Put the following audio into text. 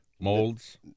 molds